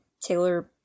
Taylor